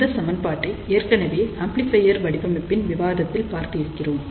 இந்த சமன்பாட்டை ஏற்கனவே ஆம்ப்ளிபையர் வடிவமைப்பின் விவாதத்தில் பார்த்து இருக்கிறோம்